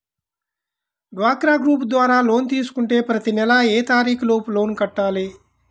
డ్వాక్రా గ్రూప్ ద్వారా లోన్ తీసుకుంటే ప్రతి నెల ఏ తారీకు లోపు లోన్ కట్టాలి?